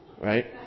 Right